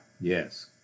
Yes